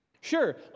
Sure